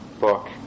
book